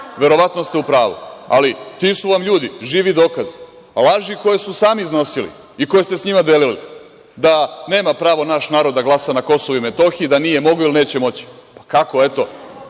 Verovatno ste u pravu, ali ti su vam ljudi živi dokaz, laži koje su sami iznosili i koje ste sa njima delili, da nema pravo naš narod da glasa na KiM, da nije mogao ili neće moći. Kako? Eto.